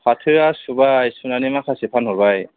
फाथोआ सुबाय सुनानै माखासे फानहरबाय